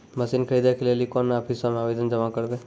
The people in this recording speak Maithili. मसीन खरीदै के लेली कोन आफिसों मे आवेदन जमा करवै?